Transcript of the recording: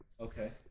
Okay